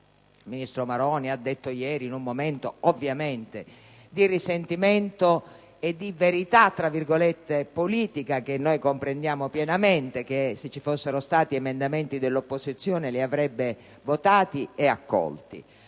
il ministro Maroni ha detto ieri, in un momento di risentimento e di verità politica che comprendiamo pienamente, che se ci fossero stati emendamenti dell'opposizione li avrebbe votati e accolti.